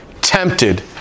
tempted